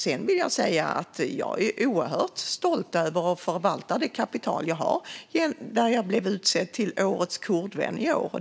Sedan är jag oerhört stolt över och förvaltar det kapital jag har där jag i år blev utsedd till årets kurdvän.